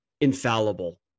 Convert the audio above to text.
infallible